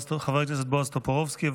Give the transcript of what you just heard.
חבר הכנסת בועז טופורובסקי.